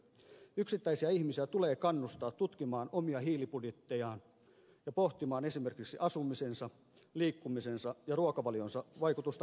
yksittäisiä ihmisiä tulee kannustaa tutkimaan omia hiilibudjettejaan ja pohtimaan esimerkiksi asumisensa liikkumisensa ja ruokavalionsa vaikutusta kasvihuonepäästöihin